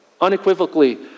unequivocally